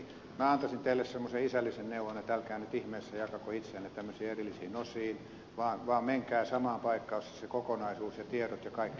minä antaisin teille semmoisen isällisen neuvon että älkää nyt ihmeessä jakako itseänne tämmöisiin erillisiin osiin vaan menkää samaan paikkaan jossa se kokonaisuus ja tiedot ja kaikki ovat